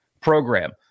program